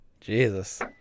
Jesus